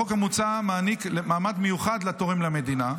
החוק המוצע מעניק מעמד מיוחד לתורם למדינה,